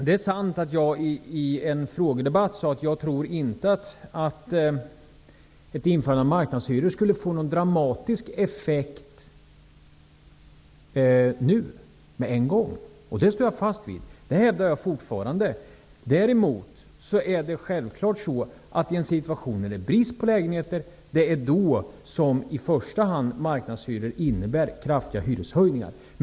Det är sant att jag i en frågedebatt sade att jag inte tror att ett införande av marknadshyror skulle få en dramatisk effekt med en gång. Det står jag fast vid. Det hävdar jag fortfarande. Däremot innebär marknadshyror i en situation där det är brist på lägenheter kraftiga hyreshöjningar.